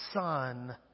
son